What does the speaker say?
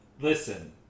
Listen